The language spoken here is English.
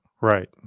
right